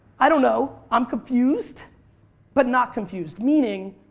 i don't know i'm confused but not confused meaning